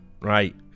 right